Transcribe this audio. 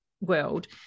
world